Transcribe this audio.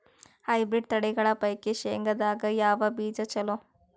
Hybrid ತಳಿಗಳ ಪೈಕಿ ಶೇಂಗದಾಗ ಯಾವ ಬೀಜ ಚಲೋ?